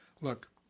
Look